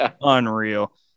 unreal